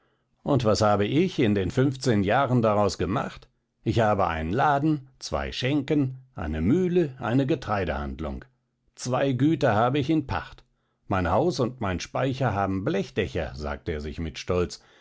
und was habe ich in den fünfzehn jahren daraus gemacht ich habe einen laden zwei schenken eine mühle eine getreidehandlung zwei güter habe ich in pacht mein haus und mein speicher haben blechdächer sagte er sich mit stolz